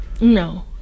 No